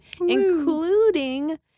including